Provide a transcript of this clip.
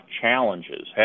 challenges